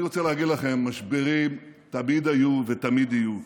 אני רוצה להגיד לכם, משברים תמיד היו ותמיד יהיו,